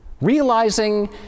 Realizing